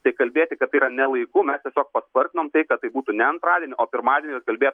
tai kalbėti kad tai yra ne laiku mes paspartinom tai kad tai būtų ne antradienį o pirmadienį ir kalbėtų